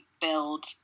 build